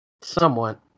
somewhat